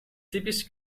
typisch